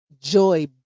Joy